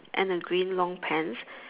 and a green long pants